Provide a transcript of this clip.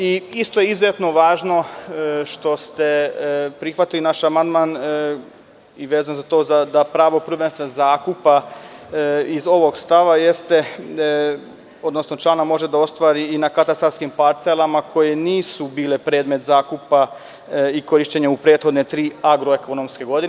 Isto je izuzetno važno što ste prihvatili naš amandman i vezano za to da pravo prvenstva zakupa iz ovog člana može da ostvari i na katastarskim parcelama koje nisu bile predmet zakupa i korišćenja u prethodne tri agroekonomske godine.